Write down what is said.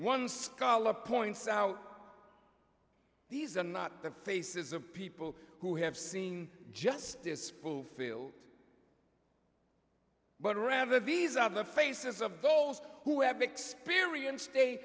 one scholar points out these are not the faces of people who have seen justice fulfilled but rather these are the faces of those who have experienced a